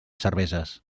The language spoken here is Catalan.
cerveses